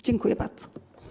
Dziękuję bardzo.